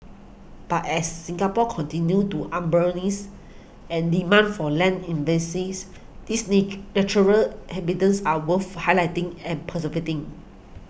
but as Singapore continues to urbanise and demand for land in bases these natural habitats are worth highlighting and preserving